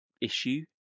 issue